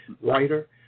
writer